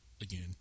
again